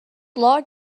log